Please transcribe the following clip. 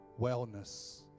wellness